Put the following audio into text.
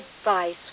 advice